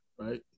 right